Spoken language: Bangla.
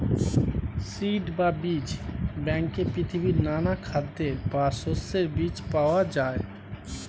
সিড বা বীজ ব্যাংকে পৃথিবীর নানা খাদ্যের বা শস্যের বীজ পাওয়া যায়